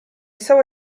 saw